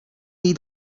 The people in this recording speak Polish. jej